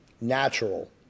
natural